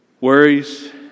worries